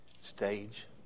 stage